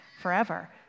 forever